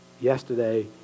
Yesterday